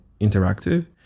interactive